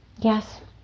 Yes